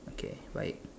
okay right